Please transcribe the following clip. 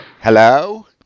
Hello